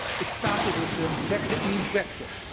it started with the term brexit means brexit.